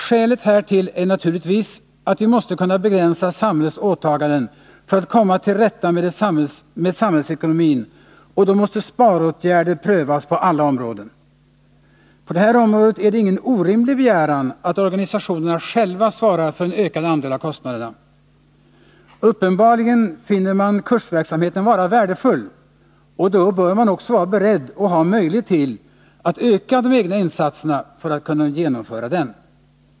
Skälet härtill är naturligtvis att vi måste kunna begränsa samhällets åtaganden för att komma till rätta med samhällsekonomin, och då måste sparåtgärder prövas på alla områden. På det här området är det ingen orimlig begäran att organisationerna själva svarar för en ökad andel av kostnaderna. Uppenbarligen finner man kursverksamheten vara värdefull, och då bör man också vara beredd och ha möjlighet till att öka de egna insatserna för att kunna genomföra den.